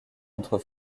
entre